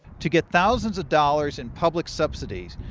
to get thousands of dollars in public subsidies,